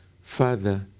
Father